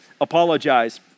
apologize